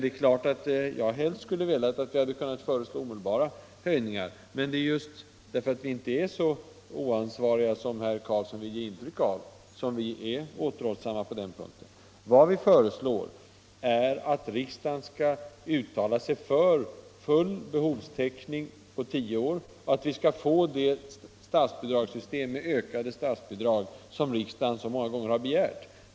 Det är klart att jag helst hade sett att vi hade kunnat föreslå Nr 52 omedelbara höjningar, men just därför att vi inte är så oansvariga som Onsdagen den herr Karlson vill ge intryck av, så är vi återhällsamma på den punkten: 9 april 1975 Vi föreslår att riksdagen skall uttala sig för full behovstäckning på tio år och att vi skall få det system med ökade statsbidrag som riksdagen Ekonomiskt stöd åt så många gånger har begärt.